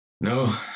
no